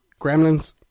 Gremlins